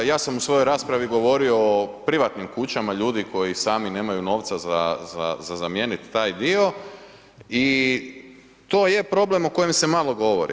Ja sam u svojoj raspravi govorio o privatnim kućama, ljudi koji sami nemaju novca za zamijeniti taj dio i to je problem o kojem se malo govori.